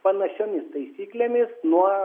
panašiomis taisyklėmis nuo